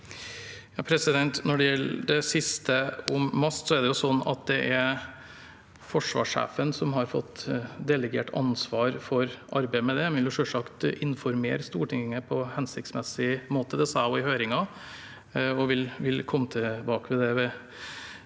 Når det gjel- der det siste om MAST, er det forsvarssjefen som har fått delegert ansvar for arbeidet med det, men jeg vil selvsagt informere Stortinget på hensiktsmessig måte. Det sa jeg også i høringen, og jeg vil komme tilbake til det